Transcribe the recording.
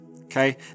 Okay